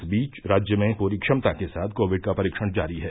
इस बीच राज्य में पूरी क्षमता के साथ कोविड का परीक्षण जारी है